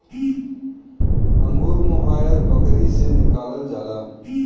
angora mohair बकरी से निकालल जाला